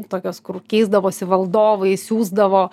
tokios kur keisdavosi valdovai siųsdavo